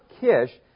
Kish